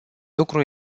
lucru